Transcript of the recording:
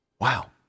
Wow